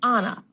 Anna